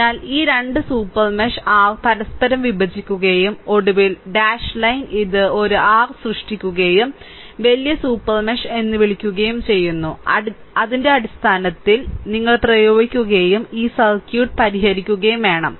അതിനാൽ ഈ 2 super mesh r പരസ്പരം വിഭജിക്കുകയും ഒടുവിൽ ഡാഷ് ലൈൻ ഇത് ഒരു r സൃഷ്ടിക്കുകയും വലിയ സൂപ്പർ മെഷ് എന്ന് വിളിക്കുകയും ചെയ്യുന്നു അതിന്റെ അടിസ്ഥാനത്തിൽ ഞങ്ങൾ പ്രയോഗിക്കുകയും ഈ സർക്യൂട്ട് പരിഹരിക്കുകയും വേണം